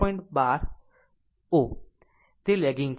2 ઓ તે લેગીગ છે